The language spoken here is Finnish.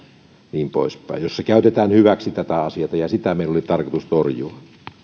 niin poispäin joissa käytetään hyväksi tätä asiaa ja sitä meillä oli tarkoitus torjua